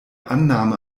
annahme